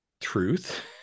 truth